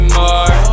more